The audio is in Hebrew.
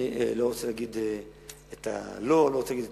אני לא רוצה להגיד לא, לא רוצה להגיד כן,